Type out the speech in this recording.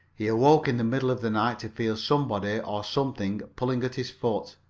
he awoke in the middle of the night to feel somebody or something pulling at his foot.